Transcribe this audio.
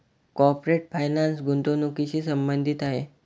corporate finance गुंतवणुकीशी संबंधित आहे